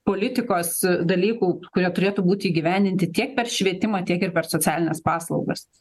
politikos dalykų kurie turėtų būti įgyvendinti tiek per švietimą tiek ir per socialines paslaugas